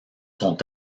sont